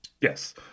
Yes